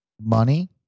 money